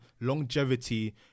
longevity